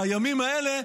שהימים האלה,